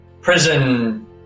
prison